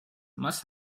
must